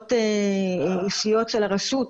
ויכולות אישיות של הרשות,